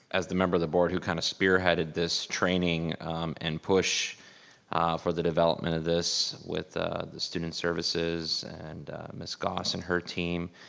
as the member of the board who kind of spearheaded this training and push for the development of this with ah the student services and miss goss and her team,